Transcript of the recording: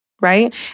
right